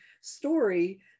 story